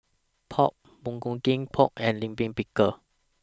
Pork Bulgogi Pho and Lime Pickle